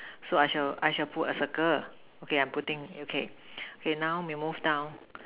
so I shall I shall put a circle okay I'm putting okay okay now we move down